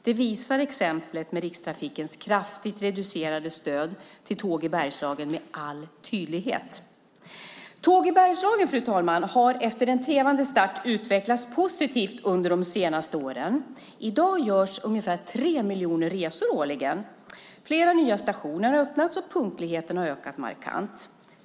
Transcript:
Det visar exemplet med Rikstrafikens kraftigt reducerade stöd till Tåg i Bergslagen med all tydlighet. Fru talman! Tåg i Bergslagen har efter en trevande start utvecklats positivt under de senaste åren. I dag görs ungefär tre miljoner resor årligen. Flera nya stationer har öppnats, och punktligheten har ökat markant.